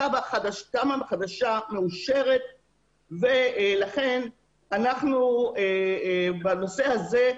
תמ"א חדשה מאושרת ולכן אנחנו בנושא הזה,